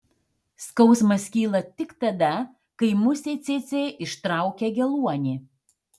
skausmas kyla tik tada kai musė cėcė ištraukia geluonį